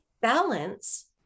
balance